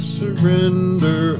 surrender